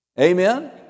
Amen